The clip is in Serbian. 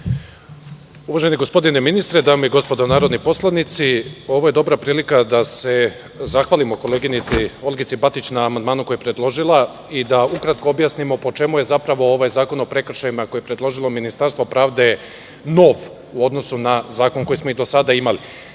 Uvaženi gospodine ministre, dame i gospodo narodni poslanici, ovo je dobra prilika da se zahvalimo koleginici Olgici Batić na amandmanu koji je predložila i ukratko da objasnimo po čemu je ovaj zakon o prekršajima, koje je predložilo Ministarstvo pravde, nov u odnosu na zakon koji smo do sada imali. Jedna